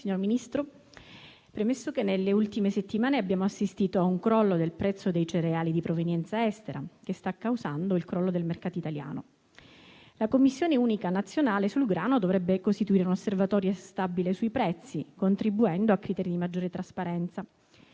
Signor Ministro, premesso che nelle ultime settimane abbiamo assistito a un crollo del prezzo dei cereali di provenienza estera, che sta causando il crollo del mercato italiano, la Commissione unica nazionale sul grano dovrebbe costituire un osservatorio stabile sui prezzi, contribuendo a criteri di maggiore trasparenza.